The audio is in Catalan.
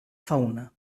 fauna